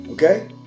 Okay